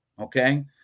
okay